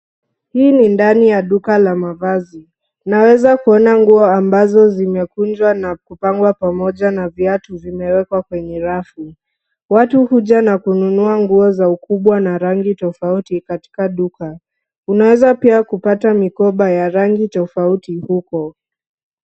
Hii ni ndani ya duka la mavazi, naweza kuona nguo ambazo zimekunjwa na kupangwa pamoja na viatu vimewekwa kwenye rafu, watu huja na kununua nguo za ukubwa na rangi tofauti katika duka, unaweza pia kupata mikoba ya rangi tofauti huko.